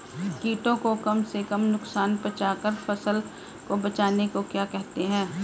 कीटों को कम से कम नुकसान पहुंचा कर फसल को बचाने को क्या कहते हैं?